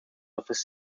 office